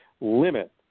limit